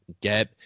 get